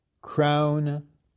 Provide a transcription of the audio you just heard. crown